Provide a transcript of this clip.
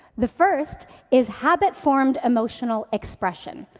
the first is habit-formed, emotional expression.